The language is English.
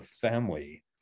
family